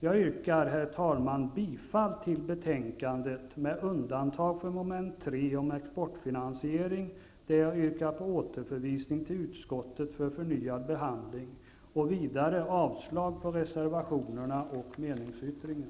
Jag yrkar, herr talman, bifall till hemställan i betänkandet med undantag för mom. 3 om exportfinansierning, där jag yrkar på återförvisning till utskottet för förnyad behandling, och vidare avslag på reservationerna och meningsyttringen.